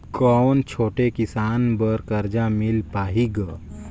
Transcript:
कौन छोटे किसान बर कर्जा मिल पाही ग?